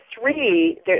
three